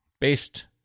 based